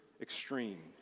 extreme